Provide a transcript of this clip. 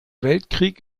weltkrieg